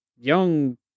young